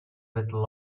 little